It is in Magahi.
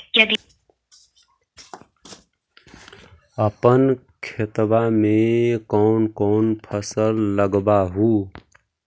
अपन खेतबा मे कौन कौन फसल लगबा हू?